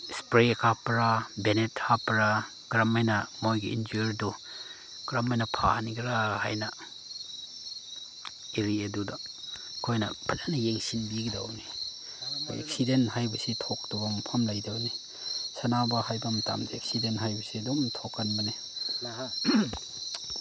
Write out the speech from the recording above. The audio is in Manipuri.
ꯏꯁꯄ꯭ꯔꯦ ꯀꯥꯞꯄꯔꯥ ꯕꯦꯟꯑꯦꯠ ꯍꯥꯞꯄꯔꯥ ꯀꯔꯝ ꯍꯥꯏꯅ ꯃꯣꯏꯒꯤ ꯏꯟꯖ꯭ꯌꯨꯔꯗꯨ ꯀꯔꯝ ꯍꯥꯏꯅ ꯐꯍꯟꯒꯦꯔꯥ ꯍꯥꯏꯅ ꯑꯦꯔꯤ ꯑꯗꯨꯗ ꯑꯩꯈꯣꯏꯅ ꯐꯖꯅ ꯌꯦꯡꯁꯤꯟꯕꯤꯒꯗꯧꯕꯅꯤ ꯑꯦꯛꯁꯤꯗꯦꯟ ꯍꯥꯏꯕꯁꯤ ꯊꯣꯛꯇꯕ ꯃꯐꯝ ꯂꯩꯇꯕꯅꯤ ꯁꯥꯟꯅꯕ ꯍꯥꯏꯕ ꯃꯇꯝꯗ ꯑꯦꯛꯁꯤꯗꯦꯟ ꯍꯥꯏꯕꯁꯤ ꯑꯗꯨꯝ ꯊꯣꯛꯀꯟꯕꯅꯤ